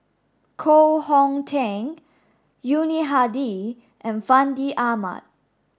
Koh Hong Teng Yuni Hadi and Fandi Ahmad